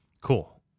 Cool